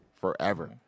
forever